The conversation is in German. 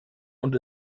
und